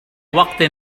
وقت